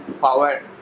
power